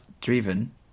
driven